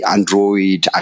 Android